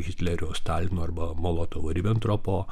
hitlerio stalino arba molotovo ribentropo